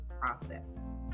process